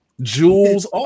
jewels